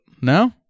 No